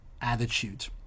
attitude